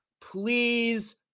Please